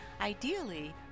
Ideally